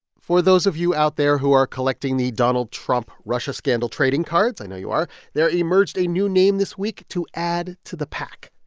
for those of you out there who are collecting the donald trump-russia scandal trading cards i know you are there emerged a new name this week to add to the pack,